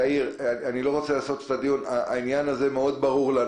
יאיר, העניין הזה מאוד ברור לנו.